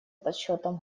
подсчётом